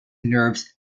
nerves